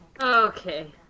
Okay